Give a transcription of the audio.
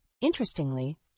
Interestingly